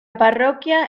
parroquia